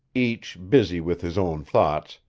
each busy with his own thoughts,